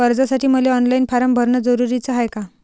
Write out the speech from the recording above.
कर्जासाठी मले online form भरन जरुरीच हाय का?